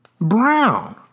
Brown